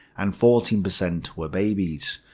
and fourteen percent were babies.